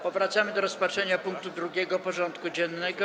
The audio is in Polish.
Powracamy do rozpatrzenia punktu 2. porządku dziennego: